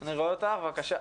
אני רואה אותך, בבקשה.